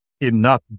enough